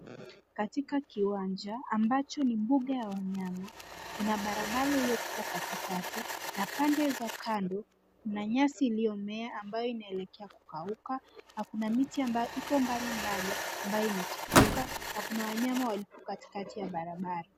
Katika kiwanja ambacho ni mbuga ya wanyam, kuna barabara iliyopita katikati na pande za kando kuna nyasi iliyomea ambayo inaelekea kukauka na kuna miti ambayo iko mbalimbali ambayo imechipuka na kuna wanyama walio katikati ya barabara.